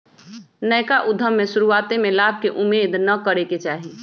नयका उद्यम में शुरुआते में लाभ के उम्मेद न करेके चाही